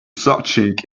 searching